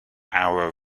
hour